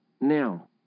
Now